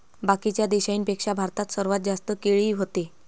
बाकीच्या देशाइंपेक्षा भारतात सर्वात जास्त केळी व्हते